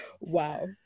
wow